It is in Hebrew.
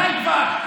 די כבר.